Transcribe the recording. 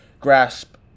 grasp